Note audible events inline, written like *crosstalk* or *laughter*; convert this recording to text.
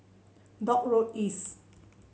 *noise* Dock Road East